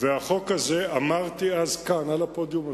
והחוק הזה, אמרתי אז כאן, על הפודיום הזה,